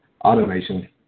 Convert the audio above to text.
automation